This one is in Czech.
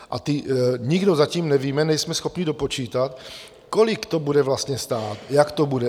A nikdo zatím nevíme, nejsme schopni dopočítat, kolik to bude vlastně stát, jak to bude.